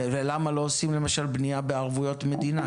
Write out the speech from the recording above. ולמה לא עושים למשל בנייה בערבויות מדינה,